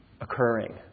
occurring